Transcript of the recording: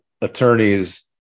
attorneys